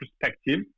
perspective